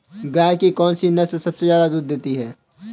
गाय की कौनसी नस्ल सबसे ज्यादा दूध देती है?